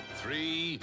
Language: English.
three